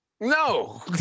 No